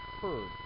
heard